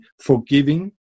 forgiving